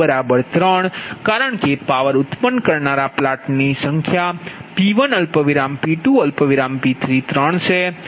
તેથી m3 કારણ કે પાવર ઉત્પન્ન કરનારા પ્લાન્ટની સંખ્યાP1P2P3 ત્રણ છે